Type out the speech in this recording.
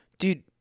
Dude